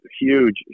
huge